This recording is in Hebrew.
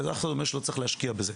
ואף אחד לא אומר שלא צריך להשקיע בזה.